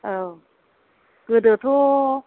औ गोदोथ'